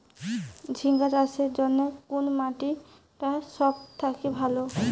ঝিঙ্গা চাষের জইন্যে কুন মাটি টা সব থাকি ভালো?